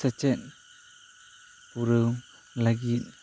ᱥᱮᱪᱮᱫ ᱯᱩᱨᱟᱹᱣ ᱞᱟᱹᱜᱤᱫ